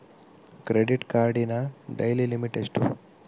Credit ಕಾರ್ಡಿನ daily limit ಎಷ್ಟು?